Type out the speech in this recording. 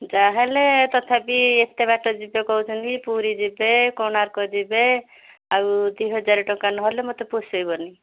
ଯାହେଲେ ତଥାପି ଏତେ ବାଟ ଯିବେ କହୁଛନ୍ତି ପୁରୀ ଯିବେ କୋଣାର୍କ ଯିବେ ଆଉ ଦୁଇ ହଜାର ଟଙ୍କା ନ ହେଲେ ମୋତେ ପୋଷାଇବନି